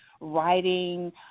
writing